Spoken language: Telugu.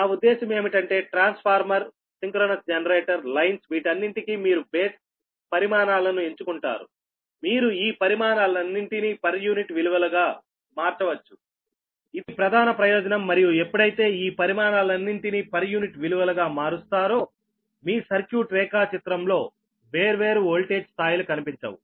నా ఉద్దేశం ఏమిటంటే ట్రాన్స్ఫార్మర్సింక్రోనస్ జనరేటర్లైన్స్ వీటన్నింటికీ మీరు బేస్ పరిమాణాలను ఎంచుకుంటారుమీరు ఈ పరిమాణాలన్నింటినీ పర్ యూనిట్ విలువలుగా మార్చవచ్చుఇది ప్రధాన ప్రయోజనం మరియు ఎప్పుడైతే ఈ పరిణామాలన్నింటినీ పర్ యూనిట్ విలువలుగా మారుస్తారో మీ సర్క్యూట్ రేఖాచిత్రంలో వేర్వేరు వోల్టేజ్ స్థాయిలు కనిపించవు